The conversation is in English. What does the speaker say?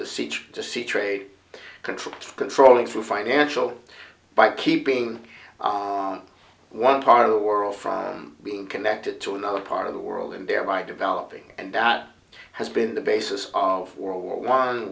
the siege to see trade control controlling through financial by keeping one part of the world from being connected to another part of the world and thereby developing and that has been the basis of world war one